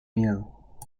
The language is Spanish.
miedo